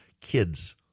kids